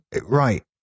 right